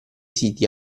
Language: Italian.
siti